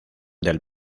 del